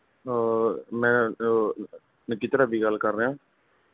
ਮੈਂ ਵਿੱਕੀ ਧਰਵੀ ਗੱਲ ਕਰ ਰਿਹਾਂ